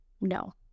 no